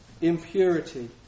impurity